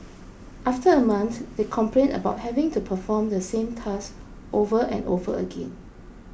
after a month they complained about having to perform the same task over and over again